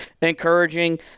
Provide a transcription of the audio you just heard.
encouraging